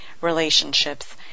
relationships